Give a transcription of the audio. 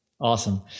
Awesome